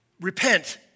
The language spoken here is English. repent